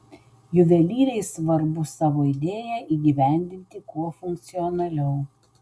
juvelyrei svarbu savo idėją įgyvendinti kuo funkcionaliau